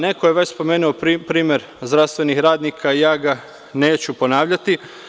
Neko je već spomenuo primer zdravstvenih radnika, ja ga neću ponavljati.